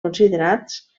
considerats